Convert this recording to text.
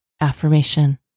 AFFIRMATION